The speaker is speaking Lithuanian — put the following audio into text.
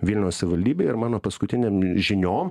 vilniaus savivaldybei ir mano paskutinėm žiniom